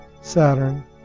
Saturn